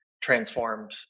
transformed